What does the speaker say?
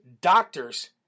doctors